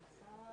לא נמצא?